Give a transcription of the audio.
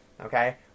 Okay